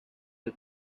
you